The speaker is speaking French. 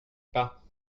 pas